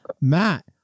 Matt